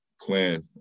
plan